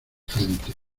frente